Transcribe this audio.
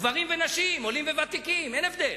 גברים ונשים, עולים וותיקים, אין הבדל.